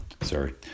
sorry